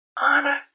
Honor